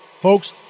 Folks